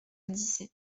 dissay